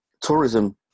tourism